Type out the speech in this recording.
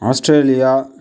Australia